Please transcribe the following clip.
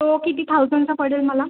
तो किती थाउजंडचा पडेल मला